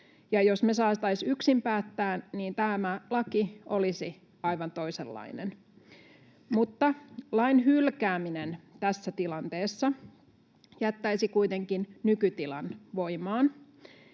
jos me saataisiin yksin päättää, niin tämä laki olisi aivan toisenlainen. Mutta lain hylkääminen tässä tilanteessa jättäisi kuitenkin nykytilan voimaan,